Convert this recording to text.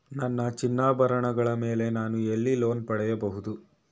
ನನ್ನ ಚಿನ್ನಾಭರಣಗಳ ಮೇಲೆ ನಾನು ಎಲ್ಲಿ ಲೋನ್ ಪಡೆಯಬಹುದು?